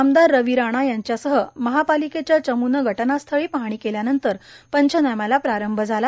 आमदार रवी राणा यांच्यासह महापालिकेचे चमूने घटनास्थळी पाहणी केल्यानंतर पंचनाम्याला प्रारंभ झाला